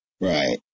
Right